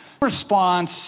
Response